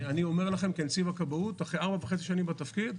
אני אומר לכם כנציב הכבאות אחרי 4.5 בתפקיד,